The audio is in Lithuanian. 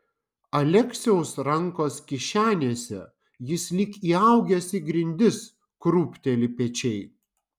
aleksiaus rankos kišenėse jis lyg įaugęs į grindis krūpteli pečiai